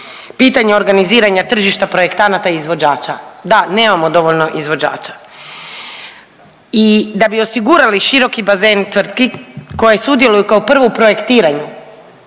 pitanje organiziranja tržišta projektanata i izvođača. Da, nemamo dovoljno izvođača. I da bi osigurali široki bazen tvrtki koje sudjeluju kao prvo, u projektiranju